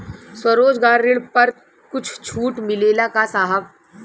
स्वरोजगार ऋण पर कुछ छूट मिलेला का साहब?